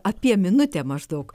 apie minutę maždaug